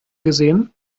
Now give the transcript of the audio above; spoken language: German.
gesehen